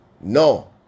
no